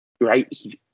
Right